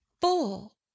full